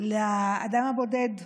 לאדם הבודד,